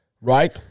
right